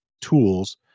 tools